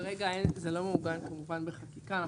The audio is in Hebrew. כרגע זה לא מעוגן כמובן בחקיקה.